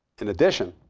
in addition,